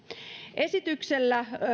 esityksellä